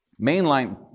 mainline